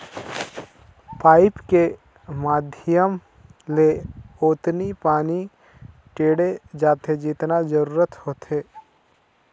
pipe के माधियम ले ओतनी पानी टेंड़े जाथे जतना जरूरत होथे